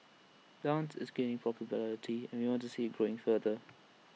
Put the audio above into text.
dance is gaining popularity and we want to see IT growing further